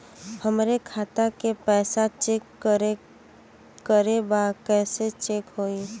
हमरे खाता के पैसा चेक करें बा कैसे चेक होई?